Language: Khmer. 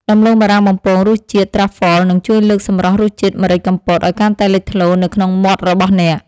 ដំឡូងបារាំងបំពងរសជាតិត្រាហ្វហ្វលនឹងជួយលើកសម្រស់រសជាតិម្រេចកំពតឱ្យកាន់តែលេចធ្លោនៅក្នុងមាត់របស់អ្នក។